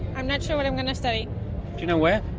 i'm not sure what i'm going to study. do you know where?